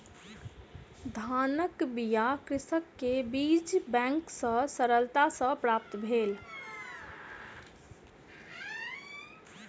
धानक बीया कृषक के बीज बैंक सॅ सरलता सॅ प्राप्त भेल